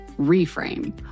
Reframe